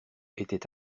était